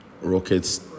Rockets